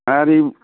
आरिम